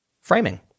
framing